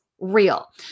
real